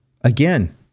Again